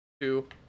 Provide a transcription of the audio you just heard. Two